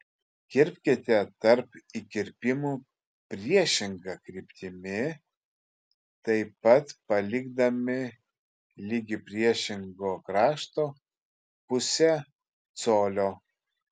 kirpkite tarp įkirpimų priešinga kryptimi taip pat palikdami ligi priešingo krašto pusę colio